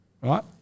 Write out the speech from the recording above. right